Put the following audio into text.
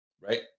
right